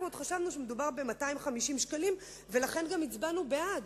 אנחנו עוד חשבנו שמדובר ב-250 ש"ח ולכן גם הצבענו בעד.